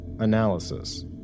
Analysis